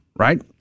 right